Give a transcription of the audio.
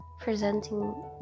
presenting